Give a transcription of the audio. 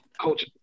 coach